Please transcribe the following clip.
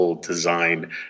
design